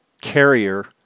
carrier